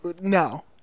No